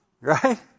Right